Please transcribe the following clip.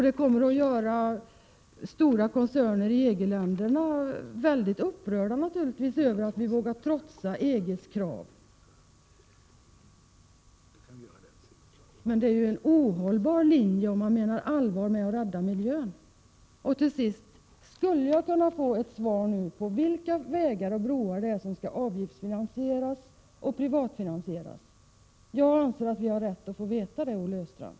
Det kommer att göra stora koncerner i EG-länderna mycket upprörda om Sverige vågar trotsa EG:s krav. Socialde mokraternas linje är ohållbar, om man menar allvar med att miljön skall räddas. Skulle jag slutligen kunna få ett svar på frågan vilka vägar och broar det är som skall avgiftsfinansieras och privatfinansieras? Jag anser att vi har rätt att få veta det, Olle Östrand.